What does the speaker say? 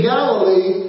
Galilee